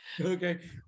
Okay